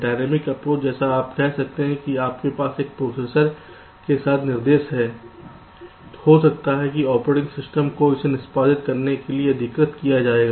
dynamic approach जैसा आप कह सकते हैं आपके पास एक प्रोसेसर में एक निर्देश है हो सकता है कि ऑपरेटिंग सिस्टम को इसे निष्पादित करने के लिए अधिकृत किया जाएगा